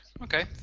Okay